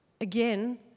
Again